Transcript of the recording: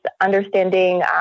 understanding